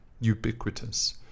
ubiquitous